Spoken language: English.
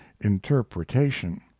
interpretation